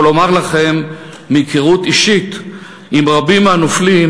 אני יכול לומר לכם מהיכרות אישית עם רבים מהנופלים: